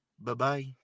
bye-bye